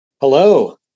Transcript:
Hello